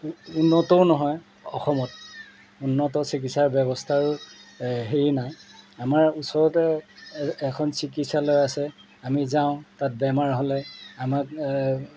উন্নতও নহয় অসমত উন্নত চিকিৎসাৰ ব্যৱস্থাৰো হেৰি নাই আমাৰ ওচৰতে এ এখন চিকিৎসালয় আছে আমি যাওঁ তাত বেমাৰ হ'লে আমাক